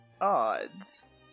Odds